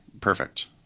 Perfect